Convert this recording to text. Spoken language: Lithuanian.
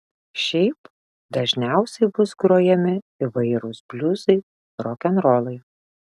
šiaip dažniausiai bus grojami įvairūs bliuzai rokenrolai